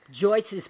Joyce's